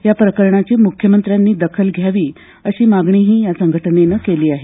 या प्रकरणाची मुख्यमंत्र्यांनी दखल घ्यावी अशी मागणीही या संघटनेनं केली आहे